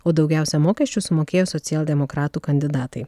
o daugiausia mokesčių sumokėjo socialdemokratų kandidatai